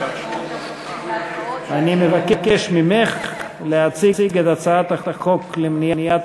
אני מבקש ממך להציג את הצעת החוק למניעת